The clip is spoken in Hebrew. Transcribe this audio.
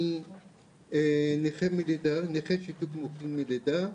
אני נכה שיתוק מוחין מלידה,